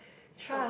trust